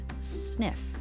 Sniff